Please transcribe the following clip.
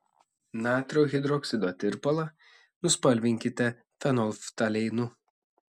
natrio hidroksido tirpalą nuspalvinkite fenolftaleinu